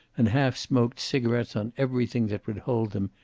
and half-smoked cigarets on everything that would hold them,